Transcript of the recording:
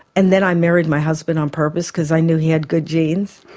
and then i married my husband on purpose because i knew he had good genes,